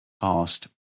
past